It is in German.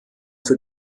für